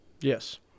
Yes